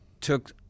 took